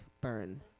burn